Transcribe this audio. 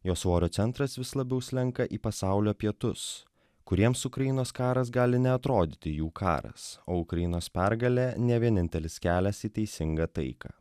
jo svorio centras vis labiau slenka į pasaulio pietus kuriems ukrainos karas gali neatrodyti jų karas o ukrainos pergalė ne vienintelis kelias į teisingą taiką